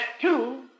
two